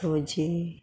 सोजी